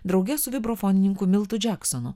drauge su vibrofonininku miltu džeksonu